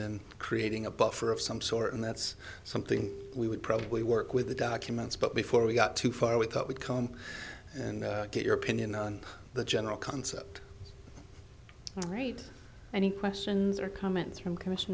then creating a buffer of some sort and that's something we would probably work with the documents but before we got too far we thought we'd come and get your opinion on the general concept right any questions or comments from